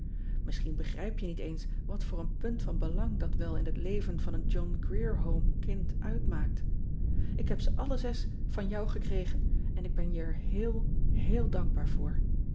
isschien begrijp je niet eens wat voor een punt van belang dat wel in het levee van een ohn rier ome kind uitmaakt k heb ze alle zes van jou gekregen en ik ben er je heel heel dankbaar voor